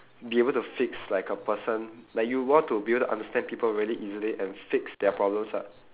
be able to fix like a person like you want to be able to understand people really easily and fix their problems ah